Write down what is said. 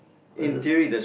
but the